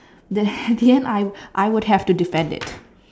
then in the end I I would have to defend it